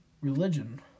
religion